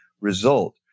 result